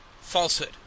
falsehood